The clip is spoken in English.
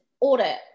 audit